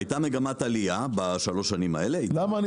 הייתה מגמת עלייה בשלוש השנים האלה --- למה אני